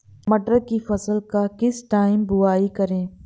मटर की फसल का किस टाइम बुवाई करें?